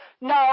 No